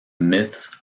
myths